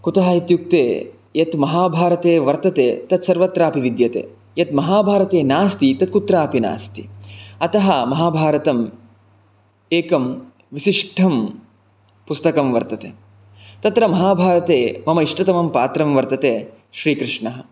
कुतः इत्युक्ते यत् महाभारते वर्तते तत् सर्वत्रापि विद्यते यत् महाभारते नास्ति तत् कुत्रापि नास्ति अतः महाभारतम् एकं विशिष्ठं पुस्तकं वर्तते तत्र महाभारते मम इष्टतमं पात्रं वर्तते श्रीकृष्णः